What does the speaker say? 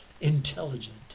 intelligent